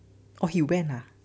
oh he went ah